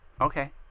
Okay